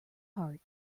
heart